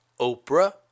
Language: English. Oprah